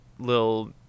little